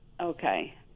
Okay